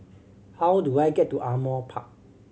how do I get to Ardmore Park